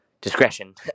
discretion